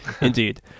Indeed